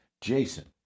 Jason